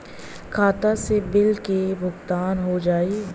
खाता से बिल के भुगतान हो जाई?